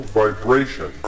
vibration